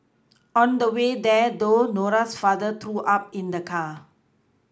on the way there though Nora's father threw up in the car